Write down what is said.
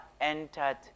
entered